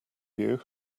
you